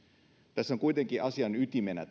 tässä keskustelussa on kuitenkin asian ytimenä